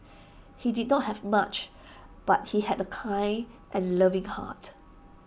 he did not have much but he had A kind and loving heart